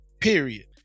period